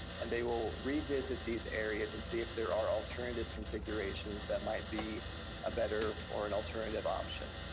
and they will revisit these areas and see if there are alternative configurations that might be a better or an alternative option.